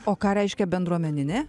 o ką reiškia bendruomeninė